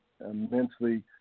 immensely